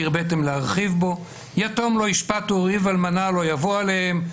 שהרביתם להרחיב בו: יתום לא ישפוטו וריב אלמנה לא יבוא אליהם.